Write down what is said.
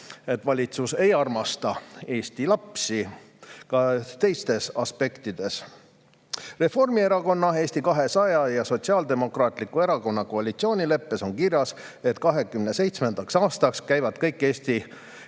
et valitsus ei armasta Eesti lapsi, ka teistes aspektides. Reformierakonna, Eesti 200 ja Sotsiaaldemokraatliku Erakonna koalitsioonileppes on kirjas, et 2027. aastaks käivad kõik Eestis